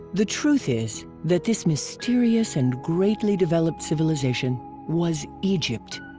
the truth is that this mysterious and greatly developed civilization was egypt.